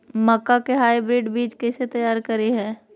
मक्का के हाइब्रिड बीज कैसे तैयार करय हैय?